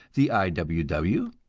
the i. w. w,